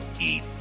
eat